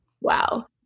Wow